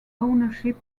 ownership